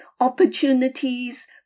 opportunities